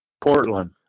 Portland